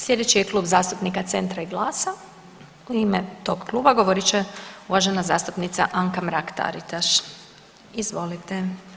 Slijedeći je Klub zastupnika Centra i GLAS-a, u ime tog kluba govorit će uvažena zastupnica Anka Mrak-Taritaš, izvolite.